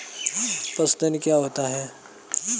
पशुधन क्या होता है?